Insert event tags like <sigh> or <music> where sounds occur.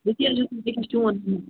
وۅنۍ کیٛاہ <unintelligible> چون